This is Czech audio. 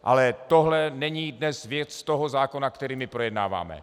Ale tohle není dnes věc toho zákona, který my projednáváme.